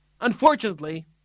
unfortunately